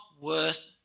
worth